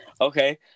Okay